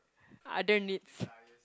other needs